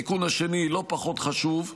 התיקון השני לא פחות חשוב,